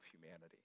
humanity